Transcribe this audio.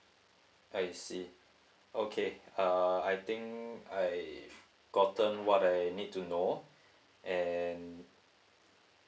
I see okay uh I think I gotten what I need to know and